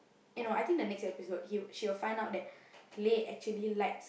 you know I think the next episode she will found out that Lei actually like